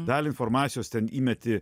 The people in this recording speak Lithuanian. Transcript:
dalį informacijos ten įmeti